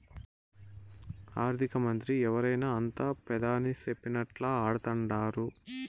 ఆర్థికమంత్రి ఎవరైనా అంతా పెదాని సెప్పినట్లా ఆడతండారు